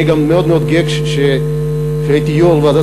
אני גם מאוד מאוד גאה שכשהייתי יו"ר ועדת